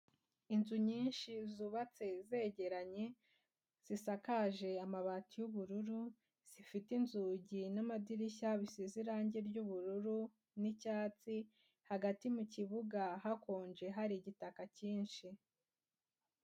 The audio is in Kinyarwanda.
Inzu nyinshi zubatse zegeranye, zisakaje amabati y'ubururu, zifite inzugi n'amadirishya bisize irangi ry'ubururu n'icyatsi, hagati mu kibuga hakonje hari igitaka cyinshi.